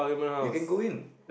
you can go in